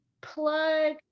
plug